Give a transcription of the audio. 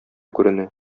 күренә